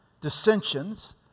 dissensions